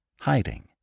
hiding